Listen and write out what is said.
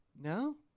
No